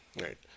right